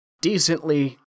Decently